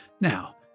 Now